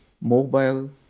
mobile